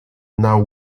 now